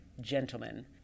gentlemen